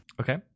Okay